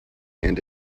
and